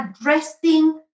addressing